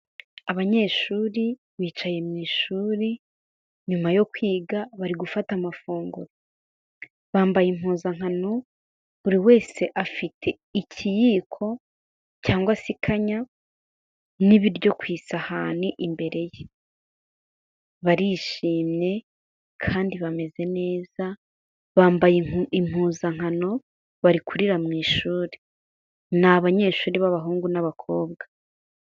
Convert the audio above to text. Abanyeshuri bicaye mu ishuri, nyuma yo kwiga bari gufata amafunguro, bambaye impuzankano, buri wese afite ikiyiko cyangwa se ikanya n'ibiryo ku isahani imbere ye, barishimye kandi bameze neza, bamyaye impuzankano bari kurira mu ishuri, ni abanyeshuri b'abahungu n'abakobwa.